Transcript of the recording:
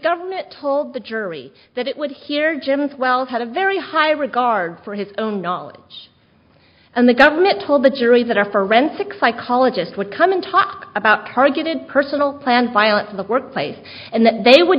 government told the jury that it would hear jim's well had a very high regard for his own knowledge and the government told the jury that our forensic psychologist would come and talk about targeted personal plans violence in the workplace and that they would